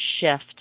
shift